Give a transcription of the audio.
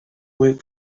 work